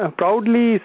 proudly